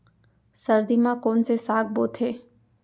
सर्दी मा कोन से साग बोथे?